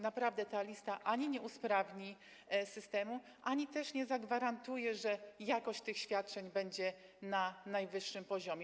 Naprawdę ta lista ani nie usprawni systemu, ani też nie zagwarantuje, że jakość tych świadczeń będzie na najwyższym poziomie.